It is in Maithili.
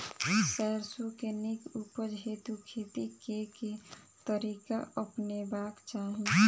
सैरसो केँ नीक उपज हेतु खेती केँ केँ तरीका अपनेबाक चाहि?